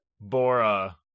Bora